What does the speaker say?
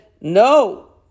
no